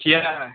किआ